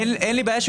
אין לי בעיה.